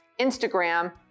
Instagram